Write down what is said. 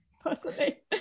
personally